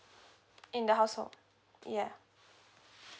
in the household ya